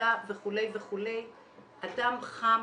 חרדה וכו', אדם חם,